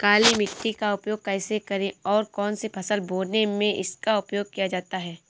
काली मिट्टी का उपयोग कैसे करें और कौन सी फसल बोने में इसका उपयोग किया जाता है?